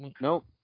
Nope